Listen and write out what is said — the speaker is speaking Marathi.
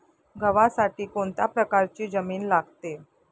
गव्हासाठी कोणत्या प्रकारची जमीन लागते?